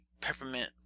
Peppermint